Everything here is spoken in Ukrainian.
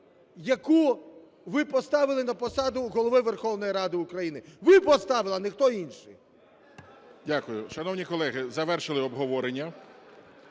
яку ви поставили на посаду Голови Верховної Ради України. Ви поставили, а ніхто інший. ГОЛОВУЮЧИЙ. Дякую. Шановні колеги, завершили обговорення.